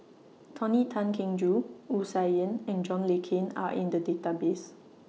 Tony Tan Keng Joo Wu Sa Yen and John Le Cain Are in The Database